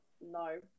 no